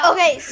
Okay